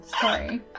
Sorry